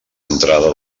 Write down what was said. entrada